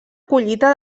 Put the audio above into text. collita